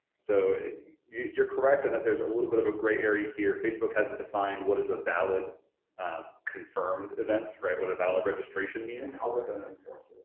so you're correct in that there's a little bit of a gray area here. facebook hasn't defined what is a valid confirmed event, right, what a valid registration means. how different and and